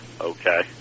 Okay